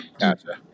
gotcha